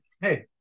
hey